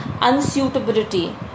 unsuitability